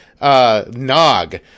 Nog